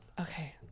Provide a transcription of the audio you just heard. Okay